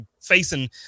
facing